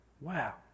Wow